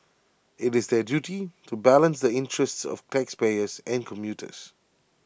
IT is their duty to balance the interests of taxpayers and commuters